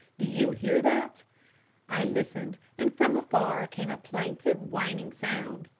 do you hear that i listened, and from afar came a plaintive, whining sound.